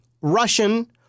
Russian